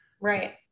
Right